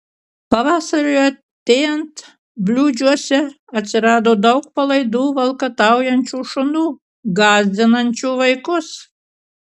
pavasariui artėjant bliūdžiuose atsirado daug palaidų valkataujančių šunų gąsdinančių vaikus